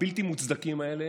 הבלתי-מוצדקים האלה,